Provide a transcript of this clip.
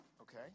Okay